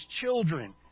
children